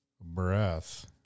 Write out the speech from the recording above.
breath